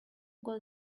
got